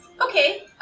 Okay